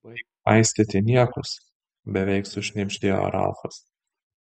baik paistyti niekus beveik sušnibždėjo ralfas